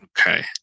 Okay